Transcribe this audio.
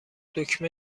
دکمه